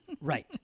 Right